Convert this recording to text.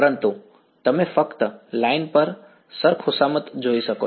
પરંતુ તમે ફક્ત લાઇન પર શર ખુશામત જોઈ શકો છો